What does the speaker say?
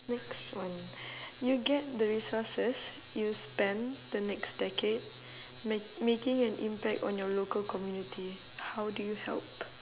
next one you get the resources you spend the next decade ma~ making an impact on your local community how do you help